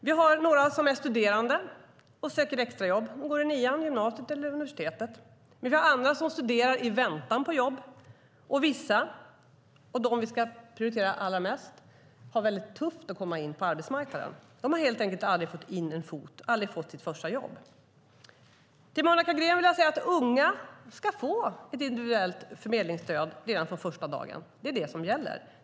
Det är några som är studerande och söker extrajobb. De går i nian, på gymnasiet eller på universitetet. Andra studerar i väntan på jobb. Och vissa, de som vi ska prioritera allra mest, har väldigt tufft att komma in på arbetsmarknaden. De har helt enkelt aldrig fått in en fot, aldrig fått ett första jobb. Till Monica Green vill jag säga att unga ska få ett individuellt förmedlingsstöd redan från första dagen. Det är det som gäller.